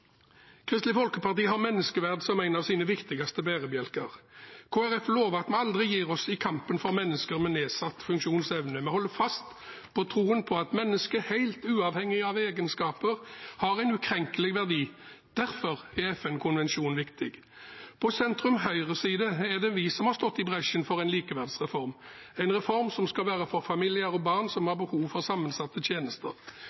Kristelig Folkeparti har menneskeverd som en av sine viktigste bærebjelker. Kristelig Folkeparti lover at vi aldri gir oss i kampen for mennesker med nedsatt funksjonsevne, vi holder fast på troen på at mennesker helt uavhengig av egenskaper har en ukrenkelig verdi. Derfor er FN-konvensjonen viktig. På sentrum–høyre-siden er det vi som har gått i bresjen for en likeverdsreform, en reform som skal være for familier og barn som